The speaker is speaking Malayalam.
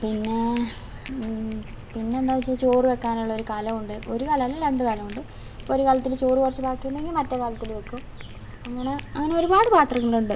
പിന്നേ പിന്നെന്താ വെച്ചാൽ ചോറ് വയ്ക്കാനുള്ളൊരു കലമുണ്ട് ഒരു കലമല്ല രണ്ട് കലമുണ്ട് ഇപ്പോൾ ഒരു കലത്തില് ചോറ് കുറച്ച് ബാക്കിയുണ്ടെങ്കിൽ മറ്റേ കലത്തിൽ വെക്കും അങ്ങനെ അങ്ങനെ ഒരുപാട് പത്രങ്ങളുണ്ട്